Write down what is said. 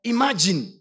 Imagine